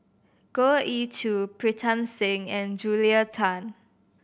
Goh Ee Choo Pritam Singh and Julia Tan